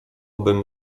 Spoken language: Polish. bym